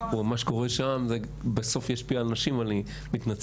מה שקורה שם בסוף ישפיע על נשים, אני מתנצל.